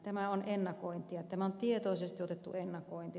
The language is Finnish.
tämä on ennakointia tämä on tietoisesti otettu ennakointi